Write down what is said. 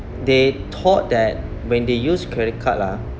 they thought that when they use credit card ah